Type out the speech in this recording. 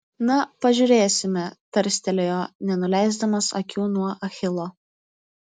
na pažiūrėsime tarstelėjo nenuleisdamas akių nuo achilo